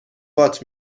وات